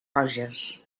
roges